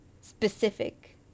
specific